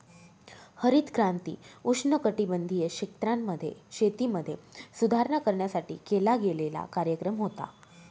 हरित क्रांती उष्णकटिबंधीय क्षेत्रांमध्ये, शेतीमध्ये सुधारणा करण्यासाठी केला गेलेला कार्यक्रम होता